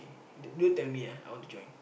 do do tell me ah I want to join